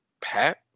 Pat